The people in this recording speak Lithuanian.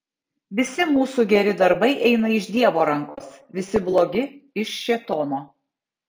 visi mūsų geri darbai eina iš dievo rankos visi blogi iš šėtono